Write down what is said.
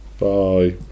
Bye